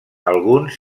alguns